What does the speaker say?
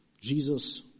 Jesus